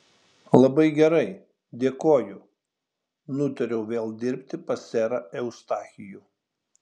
labai gerai dėkoju nutariau vėl dirbti pas serą eustachijų